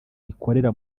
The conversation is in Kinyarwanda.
ikorera